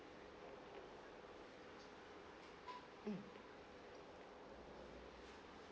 mm